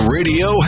Radio